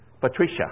Patricia